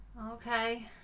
Okay